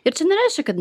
ir čia nereiškia kad